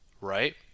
right